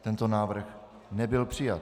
Tento návrh nebyl přijat.